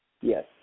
Yes